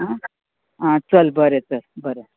आ आ चल बरें चल बरें